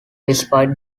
despite